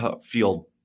field